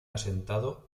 asentado